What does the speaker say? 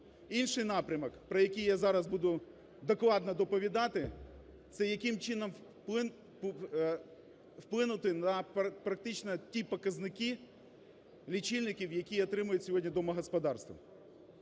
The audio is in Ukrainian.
Інший напрямок, про який я зараз буду докладно доповідати, це яким чином вплинути на практично ті показники лічильників, які отримують сьогодні домогосподарства.